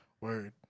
Word